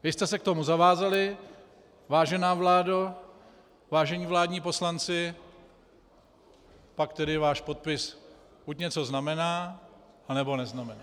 Vy jste se k tomu zavázali, vážená vládo, vážení vládní poslanci, pak tedy váš podpis buď něco znamená, anebo neznamená.